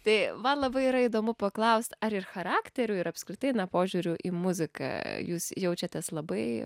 tai man labai yra įdomu paklaust ar ir charakteriu ir apskritai na požiūriu į muziką jūs jaučiatės labai